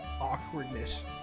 awkwardness